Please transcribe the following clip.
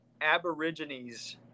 Aborigines